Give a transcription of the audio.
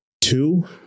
Two